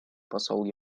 посол